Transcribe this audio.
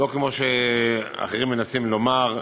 לא כמו שאחרים מנסים לומר.